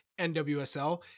NWSL